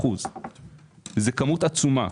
זוהי כמות עצומה,